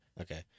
Okay